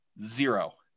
Zero